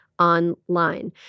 online